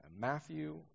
Matthew